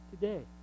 today